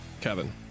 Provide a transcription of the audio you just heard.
kevin